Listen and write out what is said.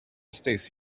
stacey